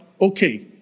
okay